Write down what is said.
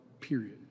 period